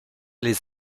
les